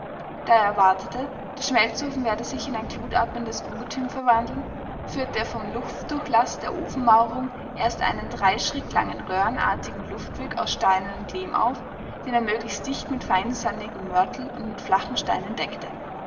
da er erwartete der schmelzofen werde sich in ein glutatmendes ungetüm verwandeln führte er vom luftdurchlaß der ofenmauerung erst einen drei schritt langen röhrenartigen luftweg aus steinen und lehm auf den er möglichst dicht mit feinsandigem mörtel und mit flachen steinen deckte